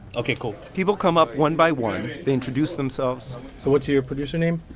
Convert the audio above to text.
ok, cool people come up one by one. they introduce themselves so what's your producer name?